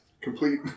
complete